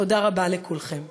תודה רבה לכולכם.